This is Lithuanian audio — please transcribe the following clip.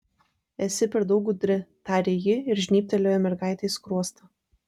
esi per daug gudri tarė ji ir žnybtelėjo mergaitei skruostą